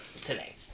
Today